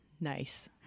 Nice